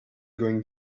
going